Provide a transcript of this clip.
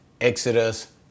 Exodus